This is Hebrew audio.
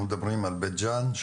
אנחנו מדברים על בית ג'ן ,